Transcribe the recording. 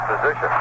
position